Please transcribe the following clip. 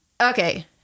Okay